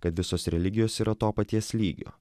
kad visos religijos yra to paties lygio